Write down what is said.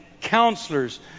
counselors